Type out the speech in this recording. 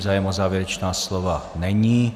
Zájem o závěrečná slova není.